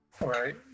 right